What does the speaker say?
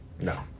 no